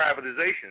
privatization